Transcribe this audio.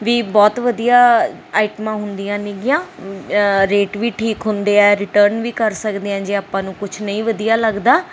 ਵੀ ਬਹੁਤ ਵਧੀਆ ਆਈਟਮਾਂ ਹੁੰਦੀਆਂ ਨੇਗੀਆਂ ਰੇਟ ਵੀ ਠੀਕ ਹੁੰਦੇ ਹੈ ਰਿਟਰਨ ਵੀ ਕਰ ਸਕਦੇ ਹਾਂ ਜੇ ਆਪਾਂ ਨੂੰ ਕੁਛ ਨਹੀਂ ਵਧੀਆ ਲੱਗਦਾ